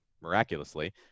miraculously